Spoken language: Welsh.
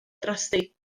drosti